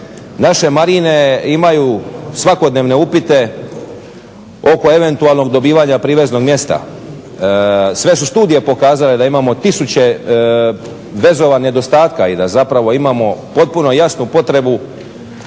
naše marine imaju svakodnevne upite oko eventualnog dobivanja priveznog mjesta. Sve su studije pokazale da imamo tisuće vezova nedostatka i da zapravo imamo potpuno jasnu potrebnu